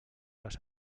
les